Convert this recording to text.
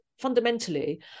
fundamentally